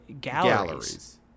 galleries